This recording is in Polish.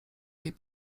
jej